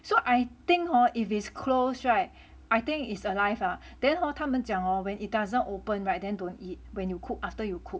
so I think hor if it's closed [right] I think it's alive ah then hor 他们讲 hor when it doesn't open [right] then don't eat when you cook after you cook